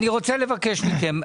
אני רוצה לבקש מכם.